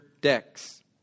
decks